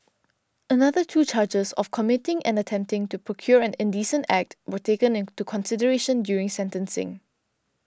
another two charges of committing and attempting to procure an indecent act were taken into consideration during sentencing